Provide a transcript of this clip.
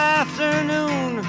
afternoon